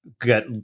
get